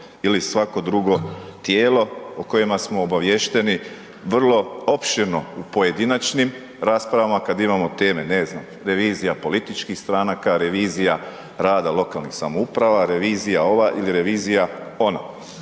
ili svako drugo tijelo o kojima smo obaviješteni vrlo opširno u pojedinačnim rasprava, kad imamo teme, ne znam, revizija političkih stranaka, revizija rada lokalnih samouprave, revizija ova ili revizija ona.